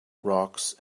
rocks